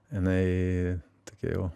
jinai tokia jau